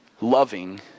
loving